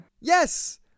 Yes